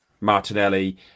Martinelli